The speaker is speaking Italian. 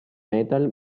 metal